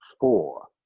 four